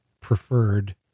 preferred